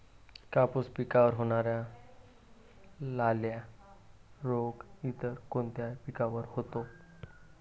कापूस पिकावर होणारा लाल्या रोग इतर कोणत्या पिकावर होतो?